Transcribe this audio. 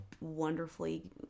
wonderfully